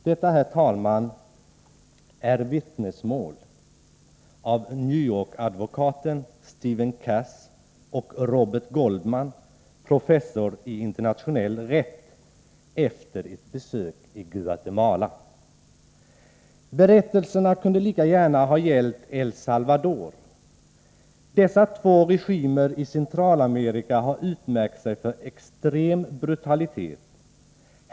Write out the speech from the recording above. Detta, herr talman, är vittnesmål av New York-advokaten Stephen Kass och professorn i internationell rätt Robert Goldman efter ett besök i Guatemala. Berättelserna kunde lika gärna ha gällt El Salvador. Dessa två regimer i Centralamerika har utmärkt sig för extrem brutalitet.